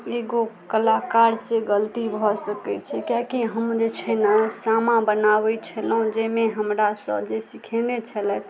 एगो कलाकार से गलती भऽ सकै छै कियाकि हम जे छै ने सामा बनाबै छलहुॅं जाहिमे हमरा सँ जे सीखेने छलथि